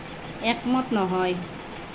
একমত নহয়